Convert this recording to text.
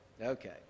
Okay